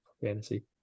Fantasy